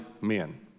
men